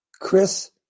Chris